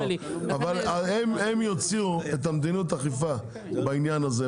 הם יוציאו את מדיניות האכיפה בעניין הזה,